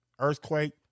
earthquake